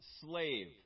slave